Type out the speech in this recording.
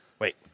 Wait